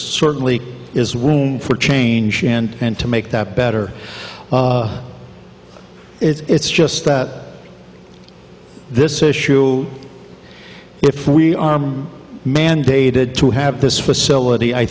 certainly is room for change and to make that better it's just that this issue if we arm mandated to have this facility i